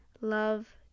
love